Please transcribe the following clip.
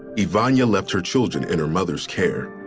yvonnya left her children and her mother s care.